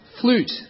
flute